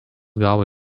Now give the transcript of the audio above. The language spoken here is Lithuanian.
gavo